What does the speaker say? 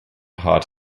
hard